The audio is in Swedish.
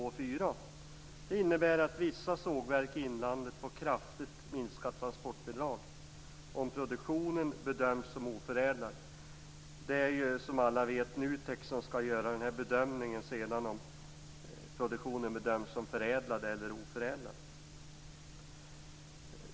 och 4 innebär att vissa sågverk i inlandet får kraftigt minskat transportbidrag om produktionen bedöms som oförädlad. Det är, som alla vet, NUTEK som sedan skall göra bedömningen om produktionen bedöms som förädlad eller oförädlad.